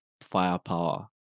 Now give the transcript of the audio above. firepower